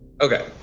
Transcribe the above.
okay